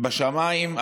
בשמיים,